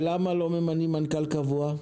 ולמה לא ממנים מנכ"ל קבוע?